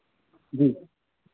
जी